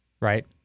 right